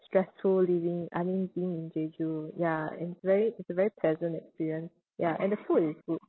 stressful living I mean being in jeju ya it's very it's a very pleasant experience ya and the food is good